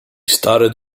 started